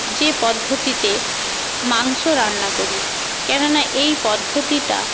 যে পদ্ধতিতে মাংস রান্না করি কেননা এই পদ্ধতিটা